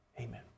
Amen